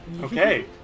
Okay